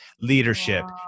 leadership